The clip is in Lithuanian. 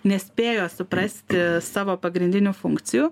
nespėjo suprasti savo pagrindinių funkcijų